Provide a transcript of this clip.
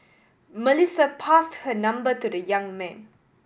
Melissa passed her number to the young man